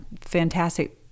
fantastic